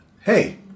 Hey